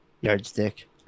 yardstick